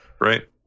right